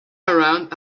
around